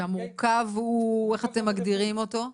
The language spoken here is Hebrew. שהמורכב, איך אתם מגדירים אותו?